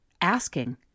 asking